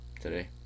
Today